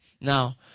Now